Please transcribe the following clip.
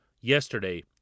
yesterday